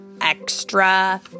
extra